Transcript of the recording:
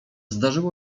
zdarzyło